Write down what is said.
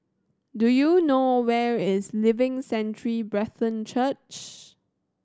do you know where is Living Sanctuary Brethren Church